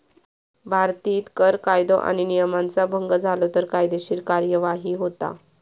भारतीत कर कायदो आणि नियमांचा भंग झालो तर कायदेशीर कार्यवाही होता